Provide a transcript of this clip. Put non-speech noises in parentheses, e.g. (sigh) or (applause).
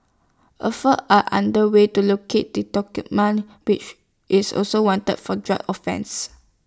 efforts are under way to locate the (unintelligible) man (unintelligible) is also wanted for drug offences